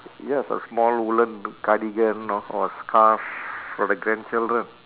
ya it's a small woollen cardigan or scarf for the grandchildren